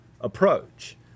approach